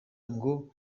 ngo